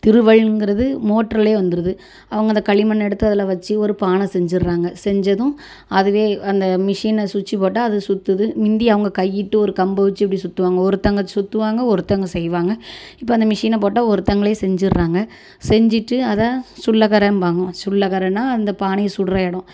திருவயல்ங்கிறது மோட்ரிலயே வந்துருது அவங்க அந்த களிமண்ணை எடுத்து அதில் வச்சு ஒரு பானை செஞ்சிடுறாங்க செஞ்சதும் அதுவே அந்த மிஷினை சுவிச்சி போட்டால் அது சுற்றுது முந்தி அவங்க கையிட்டு ஒரு கம்பு வச்சு அப்படி சுற்றுவாங்க ஒருத்தவங்க சுற்றுவாங்க ஒருத்தவங்க செய்வாங்க இப்போ அந்த மிஷினை போட்டால் ஒருத்தவங்களே செஞ்சிடுறாங்க செஞ்சிகிட்டு அதை சுள்ளக்கரம்பாங்க சுள்ளக்கரம்னா அந்த பானையை சுடுற இடம்